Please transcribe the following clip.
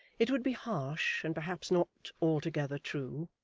it would be harsh, and perhaps not altogether true,